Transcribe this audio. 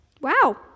Wow